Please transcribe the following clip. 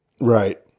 Right